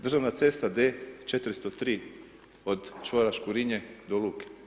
Državna cesta D 403 od čvora Škurinje do luke.